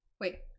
wait